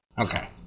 Okay